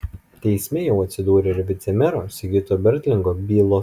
teisme jau atsidūrė ir vicemero sigito bertlingo bylos